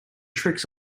tricks